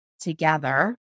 together